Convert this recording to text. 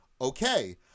Okay